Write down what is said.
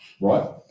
right